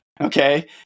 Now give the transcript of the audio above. okay